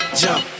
jump